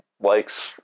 likes